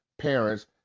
parents